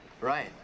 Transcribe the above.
Right